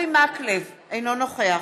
אינו נוכח